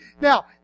Now